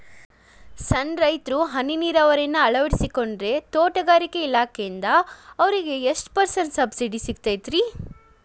ಸಣ್ಣ ರೈತರು ಹನಿ ನೇರಾವರಿಯನ್ನ ಅಳವಡಿಸಿಕೊಂಡರೆ ತೋಟಗಾರಿಕೆ ಇಲಾಖೆಯಿಂದ ಅವರಿಗೆ ಎಷ್ಟು ಪರ್ಸೆಂಟ್ ಸಬ್ಸಿಡಿ ಸಿಗುತ್ತೈತರೇ?